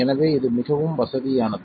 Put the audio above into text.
எனவே இது மிகவும் வசதியானது